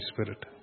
Spirit